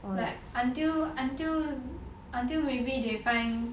until until until maybe they find